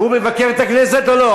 והוא מבקר את הכנסת או לא?